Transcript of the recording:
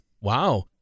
Wow